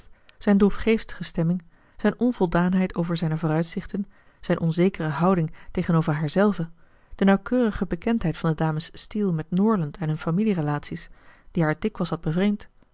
zijn droefgeestige stemming zijn onvoldaanheid over zijne vooruitzichten zijn onzekere houding tegenover haarzelve de nauwkeurige bekendheid van de dames steele met norland en hun familie relaties die haar dikwijls had bevreemd